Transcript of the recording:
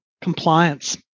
compliance